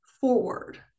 forward